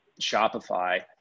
Shopify